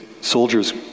soldiers